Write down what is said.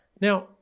Now